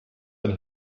ein